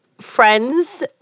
friends